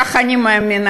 ככה אני מאמינה,